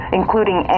including